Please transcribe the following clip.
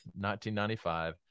1995